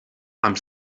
amb